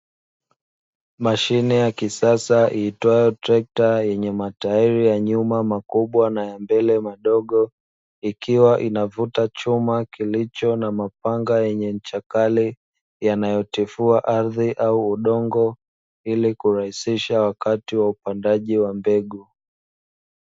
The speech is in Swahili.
Mashine ya kisasa iitwayo trekta yenye matairi ya nyuma makubwa na ya mbele madogo, ikiwa inavuta chuma kilicho na mapanga ya ncha kali yanalotifua ardhi au udongo ili kurahisisha upandaji wa mbegu.